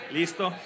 Listo